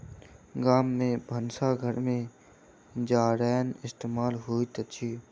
गाम में भानस घर में जारैन इस्तेमाल होइत अछि